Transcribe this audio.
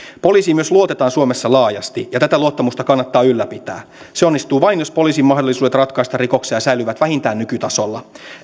poliisiin myös luotetaan suomessa laajasti ja tätä luottamusta kannattaa ylläpitää se onnistuu vain jos poliisin mahdollisuudet ratkaista rikoksia säilyvät vähintään nykytasolla